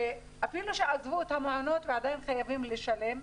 שאפילו שעזבו את המעונות עדיין חייבים לשלם.